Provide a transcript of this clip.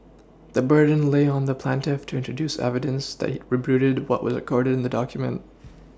the burden lay on the plaintiff to introduce evidence that it rebutted what was recorded in the document